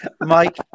Mike